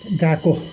गएको